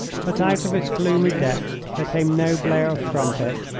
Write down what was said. but out of its gloomy depths there came no blare of trumpet,